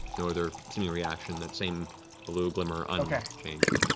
no other seeming reaction, that same blue glimmer unchanged.